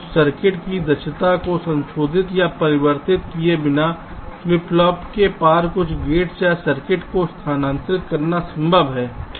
तो सर्किट की कार्यक्षमता को संशोधित या परिवर्तित किए बिना फ्लिप फ्लॉप के पार कुछ गेट्स या सर्किट को स्थानांतरित करना संभव है